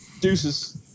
Deuces